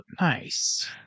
Nice